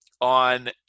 on